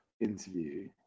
interview